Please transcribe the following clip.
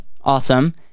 awesome